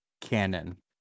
canon